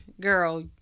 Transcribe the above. girl